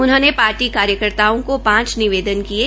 उन्होंने पार्टी कार्यकर्ताओं को पांच निवेदन किये